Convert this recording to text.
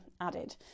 added